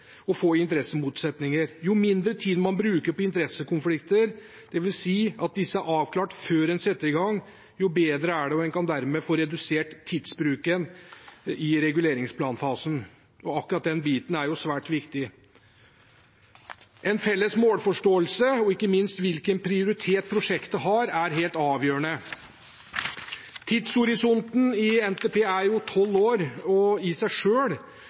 og få interessemotsetninger. Jo mindre tid man bruker på interessekonflikter, dvs. at disse er avklart før en setter i gang, jo bedre er det, og en kan dermed få redusert tidsbruken i reguleringsplanfasen. Akkurat den biten er svært viktig. En felles målforståelse og ikke minst hvilken prioritet prosjektet har, er helt avgjørende. Tidshorisonten i NTP er 12 år, og i seg